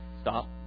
stop